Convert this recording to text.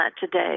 today